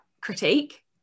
critique